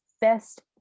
best